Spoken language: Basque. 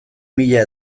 mila